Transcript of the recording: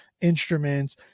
instruments